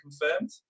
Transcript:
confirmed